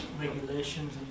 regulations